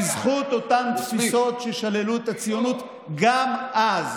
בזכות אותן תפיסות ששללו את הציונות גם אז.